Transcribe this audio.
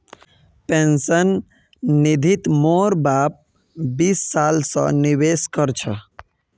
pension निधित मोर बाप बीस साल स निवेश कर छ